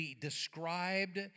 described